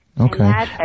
Okay